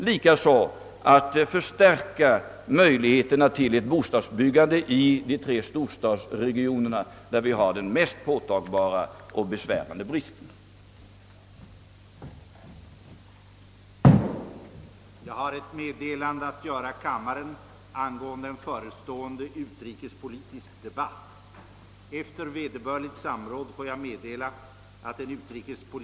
Likaså kommer vi att söka förstärka möjligheterna till bostadsbyggande i de tre storstadsregionerna, där den mest påtagbara och besvärande bostadsbristen finns.